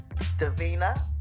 Davina